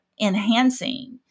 enhancing